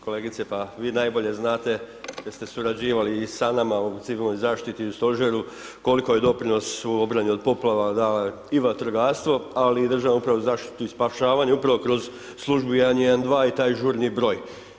Kolegice pa vi najbolje znate, jer ste surađivali i sa nama o civilnoj zaštiti, u stožeru, koliko je doprinos u obrani od poplava dala i vatrogastvo, ali i državna uprava za zaštitu i spašavanju upravo kroz službu 112 i taj žurni broj.